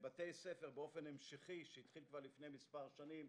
ובתי ספר באופן המשכי שהתחיל כבר לפני מספר שנים,